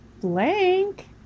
Blank